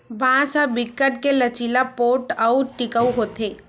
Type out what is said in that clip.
बांस ह बिकट के लचीला, पोठ अउ टिकऊ होथे